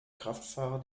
kraftfahrer